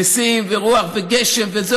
נשיאים ורוח וגשם וזה.